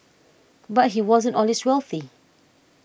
but he wasn't always wealthy